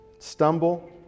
Stumble